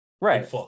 Right